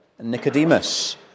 Nicodemus